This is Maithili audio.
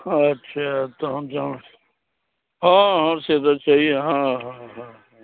अच्छा तहन जहन हाँ आओर से तऽ छै है हाँ हाँ हाँ